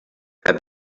and